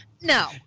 No